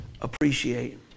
appreciate